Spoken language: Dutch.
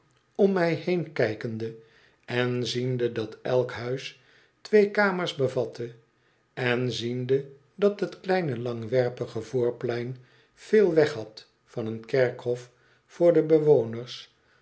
om mij heen kijkende en ziende dat elk huis twee kamers bevatte en ziende dat het kleine langwerpige voorplein veel weghad van een kerkhof voor de bewoners